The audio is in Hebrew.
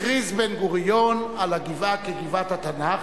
הכריז בן-גוריון על הגבעה כגבעת התנ"ך,